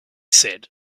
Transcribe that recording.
said